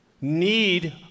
need